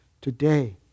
today